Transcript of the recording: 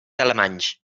alemanys